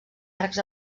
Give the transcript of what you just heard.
arcs